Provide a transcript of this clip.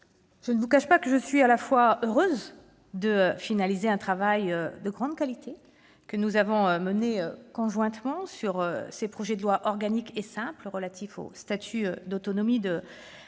je ne vous cache pas que je suis, à la fois, heureuse de finaliser le travail de grande qualité que nous avons mené conjointement sur ces projets de loi organique et ordinaire relatifs au statut d'autonomie de la